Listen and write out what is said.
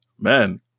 man